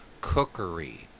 cookery